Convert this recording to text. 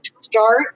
start